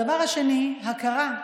הדבר השני, הכרה.